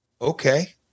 okay